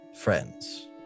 friends